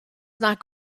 nag